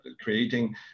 creating